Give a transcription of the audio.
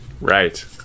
Right